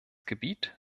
gebiet